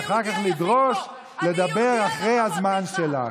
ואחר כך לדרוש לדבר אחרי הזמן שלך.